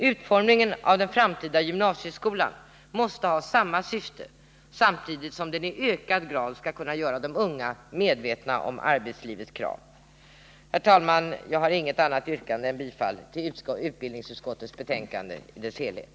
Utformningen av den framtida gymnasieskolan måste ha samma syfte, samtidigt som den i ökad grad skall kunna göra de unga medvetna om arbetslivets krav. Herr talman, jag har inget annat yrkande än om bifall till utbildningsutskottets hemställan i dess helhet.